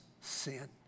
sin